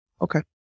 Okay